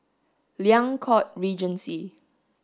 Liang Court Regency